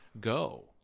go